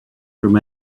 from